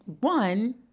One